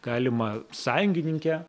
galimą sąjungininkę